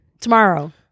Tomorrow